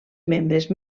membres